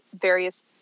various